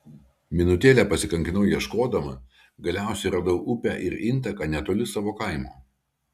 minutėlę pasikankinau ieškodama galiausiai radau upę ir intaką netoli savo kaimo